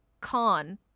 con